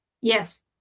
yes